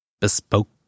bespoke